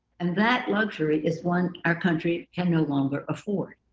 and that luxury is one our country can no longer afford.